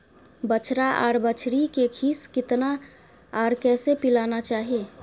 बछरा आर बछरी के खीस केतना आर कैसे पिलाना चाही?